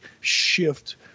shift